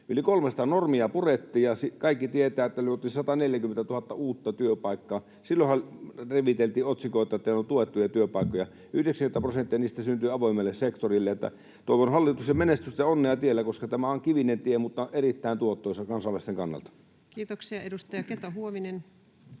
normia purettiin, ja kaikki tietävät, että luotiin 140 000 uutta työpaikkaa. Silloinhan reviteltiin otsikoita, että ne olivat tuettuja työpaikkoja. 90 prosenttia niistä syntyi avoimelle sektorille. Toivon hallitukselle menestystä ja onnea tiellä, koska tämä on kivinen tie mutta erittäin tuottoisa kansalaisten kannalta. [Speech 343] Speaker: Ensimmäinen